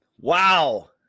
Wow